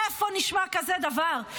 איפה נשמע כזה דבר?